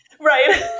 right